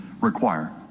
require